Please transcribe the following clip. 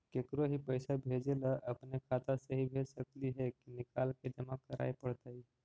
केकरो ही पैसा भेजे ल अपने खाता से ही भेज सकली हे की निकाल के जमा कराए पड़तइ?